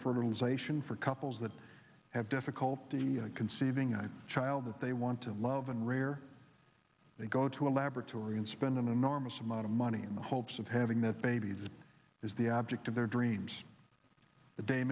fertilization for couples that have difficulty conceiving a child that they want to love and rare they go to a laboratory and spend an enormous amount of money in the hopes of having that baby that is the object of their dreams th